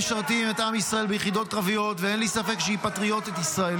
בטרם אתחיל, ברשותכם, שתי הערות עקרוניות.